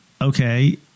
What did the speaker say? okay